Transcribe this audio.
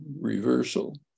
reversal